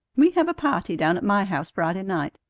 we have a party down at my house friday night.